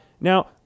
Now